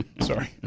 Sorry